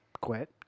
quit